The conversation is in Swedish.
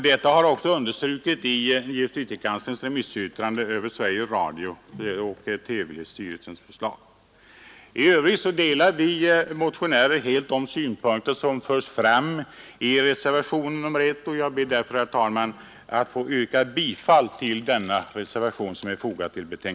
Detta har också understrukits i justitiekanslerns remissyttrande över Sveriges Radios och telestyrelsens förslag. Fru talman! Vi motionärer instämmer helt i de synpunkter som förs fram i reservationen 1, och jag ber att få yrka bifall till denna reservation.